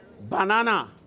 Banana